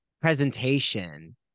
presentation